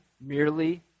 merely